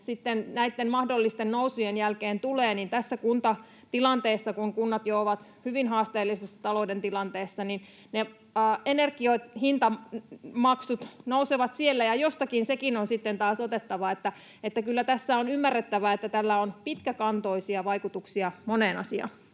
mahdollisten nousujen jälkeen tulee, tässä kuntatilanteessa, kun kunnat ovat jo hyvin haasteellisessa talouden tilanteessa... Energiamaksut nousevat siellä, ja jostakin sekin on sitten taas otettava. Eli kyllä tässä on ymmärrettävä, että tällä on pitkäkantoisia vaikutuksia moneen asiaan.